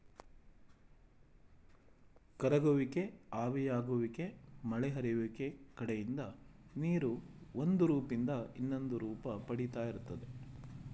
ಕರಗುವಿಕೆ ಆವಿಯಾಗುವಿಕೆ ಮಳೆ ಹರಿಯುವಿಕೆ ಕಡೆಯಿಂದ ನೀರು ಒಂದುರೂಪ್ದಿಂದ ಇನ್ನೊಂದುರೂಪ ಪಡಿತಾ ಇರ್ತದೆ